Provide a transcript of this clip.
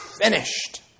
finished